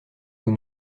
nous